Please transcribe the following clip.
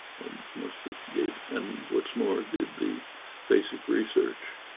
most gave and whatsmore did the basic research.